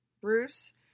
Bruce